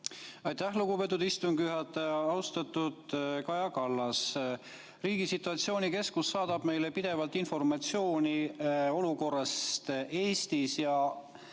Aitäh, lugupeetud istungi juhataja! Austatud Kaja Kallas! Riigi situatsioonikeskus saadab meile pidevalt informatsiooni olukorrast Eestis ja